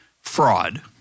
fraud